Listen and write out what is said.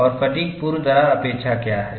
और फ़ैटिग् पूर्व दरार अपेक्षा क्या है